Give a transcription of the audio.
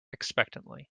expectantly